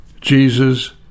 Jesus